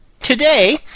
today